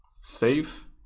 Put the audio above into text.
save